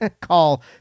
call